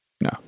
No